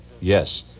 Yes